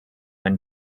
and